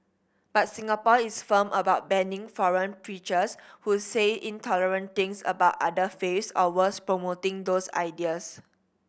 but Singapore is firm about banning foreign preachers who say intolerant things about other faiths or worse promoting those ideas